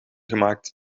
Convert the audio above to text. gemaakt